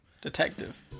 Detective